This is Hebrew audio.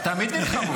תמיד נלחמו.